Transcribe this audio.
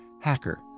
HACKER